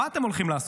מה אתם הולכים לעשות?